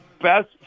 best